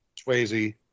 Swayze